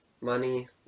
money